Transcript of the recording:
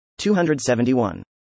271